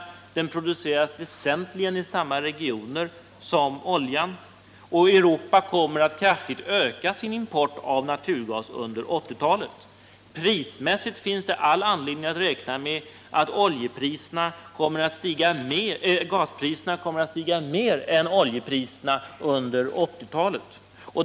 Naturgasen produceras väsentligen i samma regioner som oljan, och Europa kommer att kraftigt öka sin import av naturgas under 1980-talet. Prismässigt finns det all anledning att räkna med att gaspriserna kommer att stiga mer än oljepriserna under 1980-talet.